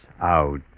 Out